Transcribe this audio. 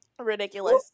ridiculous